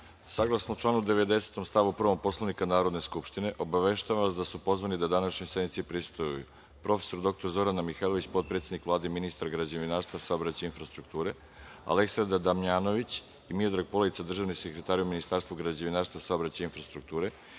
članu 90. stavu 1. Poslovnika Narodne skupštine, obaveštavam vas da su pozvani da današnjoj sednici prisustvuju: prof. dr Zorana Mihajlović, potpredsednik Vlade i ministar građevinarstva, saobraćaja i infrastrukture, Aleksandar Damnjanović i Miodrag Poledica, državni sekretari u Ministarstvu građevinarstva, saobraćaja i infrastrukture,